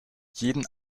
jeden